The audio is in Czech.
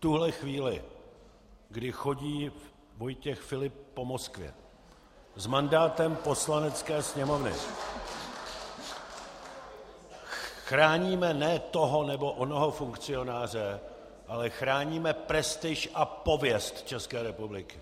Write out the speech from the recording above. V tuto chvíli, kdy chodí Vojtěch Filip po Moskvě s mandátem Poslanecké sněmovny , chráníme ne toho nebo onoho funkcionáře, ale chráníme prestiž a pověst České republiky.